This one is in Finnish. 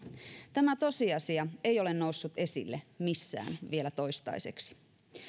tämä tosiasia ei ole noussut esille missään vielä toistaiseksi